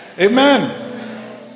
Amen